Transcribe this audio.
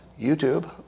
YouTube